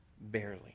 barely